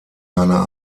seiner